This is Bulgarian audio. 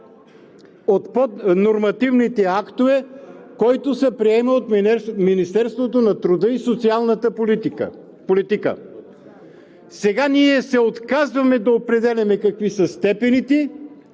от поднормативните актове, който се приема от Министерството на труда и социалната политика. Сега ние се отказваме да определяме какви са степените